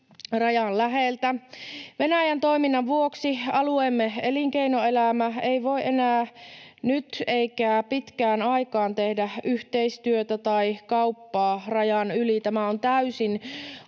Venäjän toiminnan vuoksi alueemme elinkeinoelämä ei voi enää nyt eikä pitkään aikaan tehdä yhteistyötä tai kauppaa rajan yli. Tämä on täysin